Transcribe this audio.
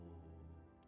Lord